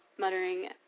muttering